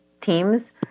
teams